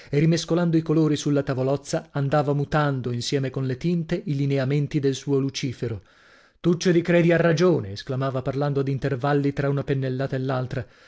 e rimescolando i colori sulla tavolozza andava mutando insieme con le tinte i lineamenti del suo lucifero tuccio di credi ha ragione esclamava parlando ad intervalli tra una pennellata e l'altra